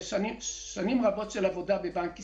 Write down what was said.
משנים רבות של עבודה בבנק ישראל.